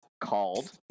called